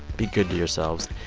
be good to yourselves.